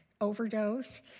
overdose